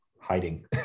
hiding